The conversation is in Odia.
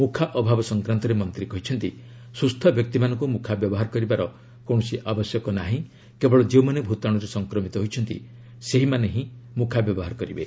ମୁଖା ଅଭାବ ସଂକ୍ରନ୍ତରେ ମନ୍ତ୍ରୀ କହିଛନ୍ତି ସୁସ୍ଥ ବ୍ୟକ୍ତିମାନଙ୍କୁ ମୁଖା ବ୍ୟବହାର କରିବାର କୌଣସି ଆବଶ୍ୟକ ନାହିଁ କେବଳ ଯେଉଁମାନେ ଭୂତାଣୁରେ ସଂକ୍ରମିତ ହୋଇଛନ୍ତି ସେହିମାନେ ହିଁ ମୁଖା ବ୍ୟବହାର କରିବେ